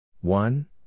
One